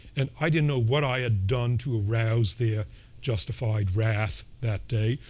and i didn't know what i had done to arouse their justified wrath that day.